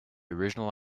original